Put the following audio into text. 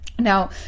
Now